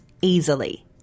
easily